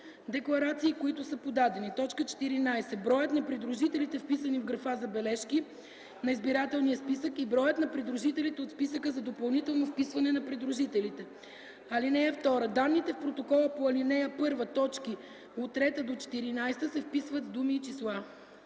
декларации, които са подадени; 14. броят на придружителите, вписани в графа “Забележки” на избирателния списък и броят на придружителите от списъка за допълнително вписване на придружителите. (2) Данните в протокола по ал. 1, т. 3-14 се вписват с думи и числа.”